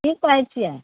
की कहै छियै